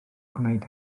gwneud